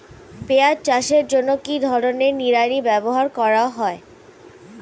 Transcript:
পিঁয়াজ চাষের জন্য কি ধরনের নিড়ানি ব্যবহার করা হয়?